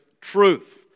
truth